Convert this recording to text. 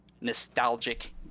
nostalgic